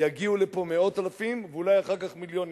יגיעו לפה מאות אלפים ואולי אחר כך מיליונים.